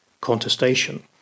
contestation